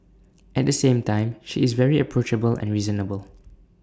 at the same time she is very approachable and reasonable